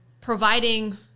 providing